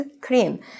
CREAM